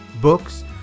books